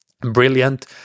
brilliant